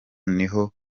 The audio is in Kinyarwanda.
niho